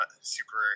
super